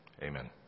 Amen